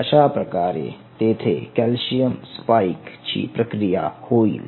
अशाप्रकारे तेथे calcium spike ची प्रक्रिया होईल